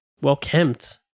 well-kept